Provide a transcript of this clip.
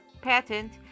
patent